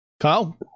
Kyle